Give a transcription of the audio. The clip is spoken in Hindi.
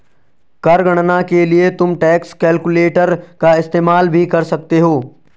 कर गणना के लिए तुम टैक्स कैलकुलेटर का इस्तेमाल भी कर सकते हो